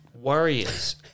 Warriors